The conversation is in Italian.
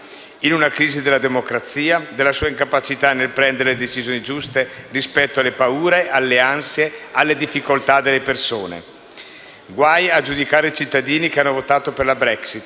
in una crisi della democrazia, della sua incapacità nel prendere le decisioni giuste rispetto alle paure, alle ansie, alle difficoltà delle persone. Guai a giudicare i cittadini che hanno votato per la Brexit,